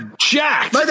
Jack